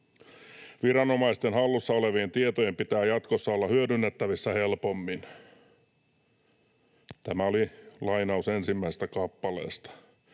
Viranomaisten hallussa olevien tietojen pitää jatkossa olla hyödynnettävissä helpommin.” Tämä oli lainaus ensimmäisestä kappaleesta.